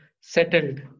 settled